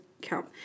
count